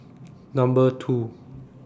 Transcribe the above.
Number two